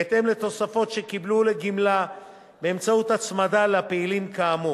בהתאם לתוספות שקיבלו לגמלה באמצעות ההצמדה לפעילים כאמור,